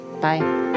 Bye